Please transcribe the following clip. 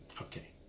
Okay